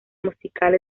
musical